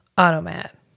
automat